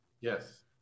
Yes